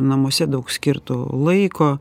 namuose daug skirtų laiko